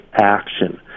action